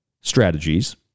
strategies